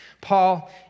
Paul